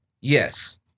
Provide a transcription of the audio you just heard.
Yes